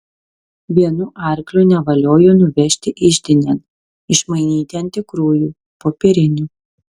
vienu arkliu nevaliojo nuvežti iždinėn išmainyti ant tikrųjų popierinių